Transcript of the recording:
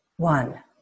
One